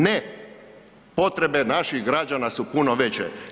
Ne, potrebe naših građana su puno veće.